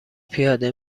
پیاده